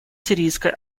сирийской